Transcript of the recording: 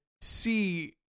see